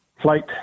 flight